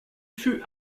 fut